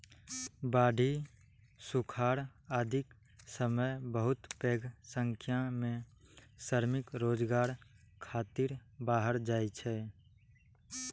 बाढ़ि, सुखाड़ आदिक समय बहुत पैघ संख्या मे श्रमिक रोजगार खातिर बाहर जाइ छै